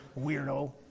weirdo